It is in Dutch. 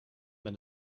met